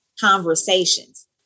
conversations